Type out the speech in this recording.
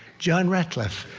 john ratcliff.